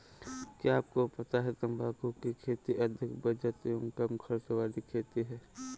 क्या आपको पता है तम्बाकू की खेती अधिक बचत एवं कम खर्च वाली खेती है?